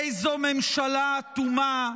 איזו ממשלה אטומה,